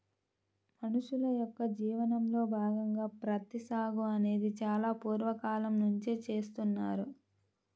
మనుషుల యొక్క జీవనంలో భాగంగా ప్రత్తి సాగు అనేది చాలా పూర్వ కాలం నుంచే చేస్తున్నారు